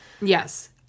Yes